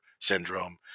syndrome